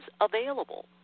available